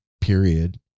period